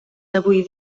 avui